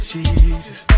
Jesus